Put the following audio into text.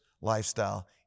lifestyle